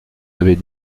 avait